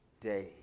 day